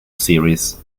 series